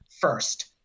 first